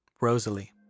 Rosalie